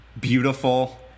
beautiful